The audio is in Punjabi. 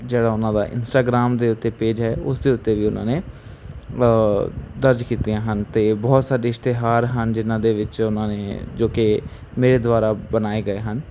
ਜਿਹੜਾ ਉਨ੍ਹਾਂ ਦਾ ਇੰਸਟਾਗ੍ਰਾਮ ਦੇ ਉੱਤੇ ਪੇਜ ਹੈ ਉਸਦੇ ਉੱਤੇ ਵੀ ਉਨ੍ਹਾਂ ਨੇ ਦਰਜ ਕੀਤੀਆਂ ਹਨ ਅਤੇ ਬਹੁਤ ਸਾਡੇ ਇਸ਼ਤਿਹਾਰ ਹਨ ਜਿਨ੍ਹਾਂ ਦੇ ਵਿੱਚ ਉਨ੍ਹਾਂ ਨੇ ਜੋ ਕਿ ਮੇਰੇ ਦੁਆਰਾ ਬਣਾਏ ਗਏ ਹਨ